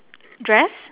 dress